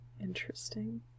interesting